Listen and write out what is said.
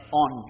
on